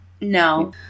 No